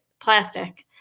plastic